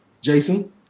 Jason